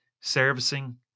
servicing